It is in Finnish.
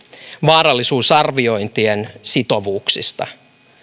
vaarallisuusarviointien sitovuuksista